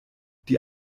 die